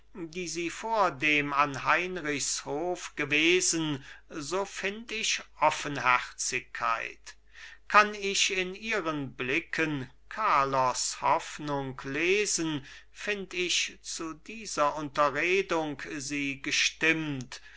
die sie vordem an heinrichs hof gewesen so find ich offenherzigkeit kann ich in ihren blicken carlos hoffnung lesen find ich zu dieser unterredung sie gestimmt